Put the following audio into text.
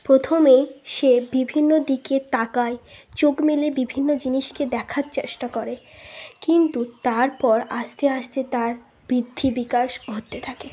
প্রথমেই সে বিভিন্ন দিকে তাকায় চোখ মেলে বিভিন্ন জিনিসকে দেখার চেষ্টা করে কিন্তু তারপর আস্তে আস্তে তার বৃদ্ধি বিকাশ ঘটতে থাকে